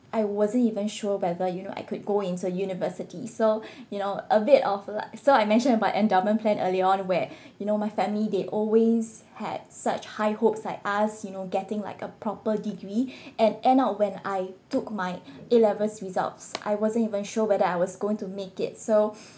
I wasn't even sure whether you know I could go into university so you know a bit of like so I mentioned about endowment plan earlier on where you know my family they always had such high hopes like us you know getting like a proper degree and end up when I took my A levels results I wasn't even sure whether I was going to make it so